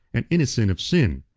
and innocent of sin.